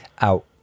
out